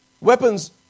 Weapons